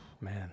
man